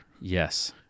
Yes